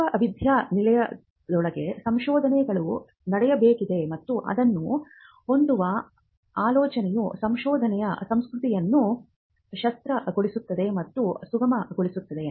ವಿಶ್ವವಿದ್ಯಾನಿಲಯದೊಳಗೆ ಸಂಶೋಧನೆಗಳು ನಡೆಯಬೇಕಿದೆ ಮತ್ತು ಅದನ್ನು ಹೊಂದುವ ಆಲೋಚನೆಯು ಸಂಶೋಧನೆಯ ಸಂಸ್ಕೃತಿಯನ್ನು ಶಕ್ತಗೊಳಿಸುತ್ತದೆ ಮತ್ತು ಸುಗಮಗೊಳಿಸುತ್ತದೆ